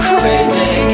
Crazy